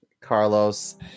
Carlos